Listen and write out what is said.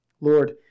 Lord